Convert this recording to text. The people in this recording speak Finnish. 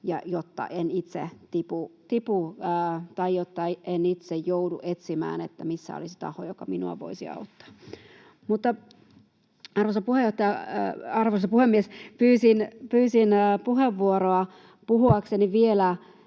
jotta ei itse tipu tai jotta ei itse joudu etsimään, missä olisi taho, joka voisi auttaa. Arvoisa puhemies! Pyysin puheenvuoroa puhuakseni vielä